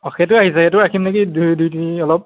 অঁ সেইটো আহিছে সেইটো ৰাখিম নেকি দুই দুই তিনি অলপ